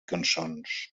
cançons